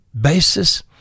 basis